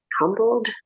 humbled